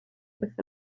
with